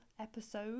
episode